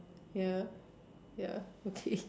ya ya okay